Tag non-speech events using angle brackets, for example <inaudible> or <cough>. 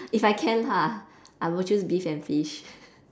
if I can lah I would choose beef and fish <laughs>